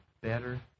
Better